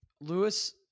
Lewis